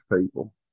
people